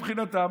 מבחינתם,